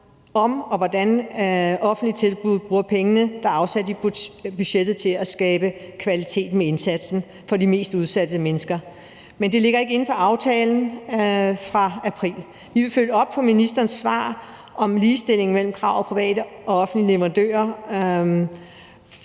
om og hvordan offentlige tilbud bruger pengene, der er afsat i budgettet, til at skabe kvalitet med indsatsen for de mest udsatte mennesker. Men det ligger ikke inden for aftalen fra april. Vi vil følge op på ministerens svar om ligestilling mellem krav til private og offentlige leverandører,